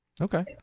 Okay